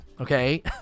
okay